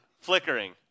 flickering